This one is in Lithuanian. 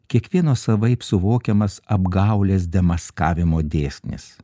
kiekvieno savaip suvokiamas apgaulės demaskavimo dėsnis